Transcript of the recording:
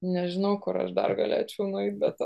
nežinau kur aš dar galėčiau nueit bet